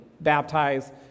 baptize